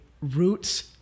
Roots